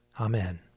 Amen